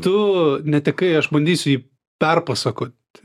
tu netekai aš bandysiu jį perpasakot